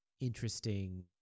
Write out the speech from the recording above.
interesting